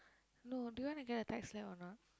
no do you want to get a tight slap or not